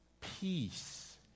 peace